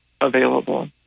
available